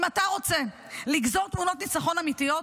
אם אתה רוצה לגזור תמונות ניצחון אמיתיות,